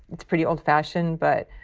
it's pretty old fashioned but